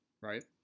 Right